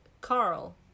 Carl